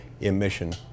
emission